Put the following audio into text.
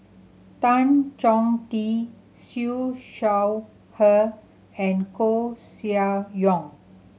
Tan Chong Tee Siew Shaw Her and Koeh Sia Yong